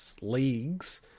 leagues